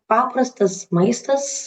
paprastas maistas